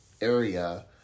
area